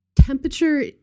temperature